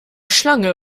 schlange